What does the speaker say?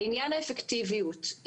לעניין האפקטיביות,